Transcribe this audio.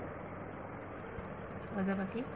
विद्यार्थी वजाबाकी